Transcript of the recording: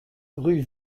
rue